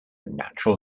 natural